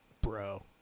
bro